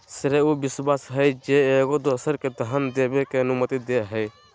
श्रेय उ विश्वास हइ जे एगो दोसरा के धन देबे के अनुमति दे हइ